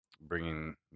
bringing